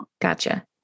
Gotcha